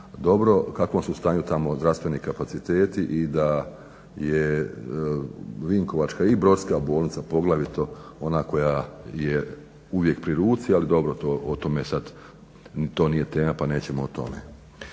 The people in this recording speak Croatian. dobro u kakvom su stanju tamo zdravstveni kapaciteti i da je vinkovačka i brodska bolnica poglavito ona koja je uvijek pri ruci. Ali dobro o tome sad, to nije tema pa nećemo o tome.